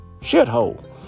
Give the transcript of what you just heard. shithole